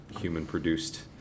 human-produced